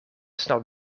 snel